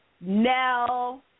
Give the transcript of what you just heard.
Nell –